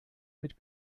mit